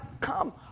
come